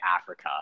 Africa